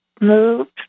moved